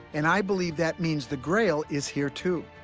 and i believe that means the grail is here, too.